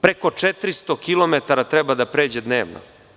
Preko 400 kilometara treba da pređe dnevno.